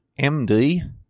MD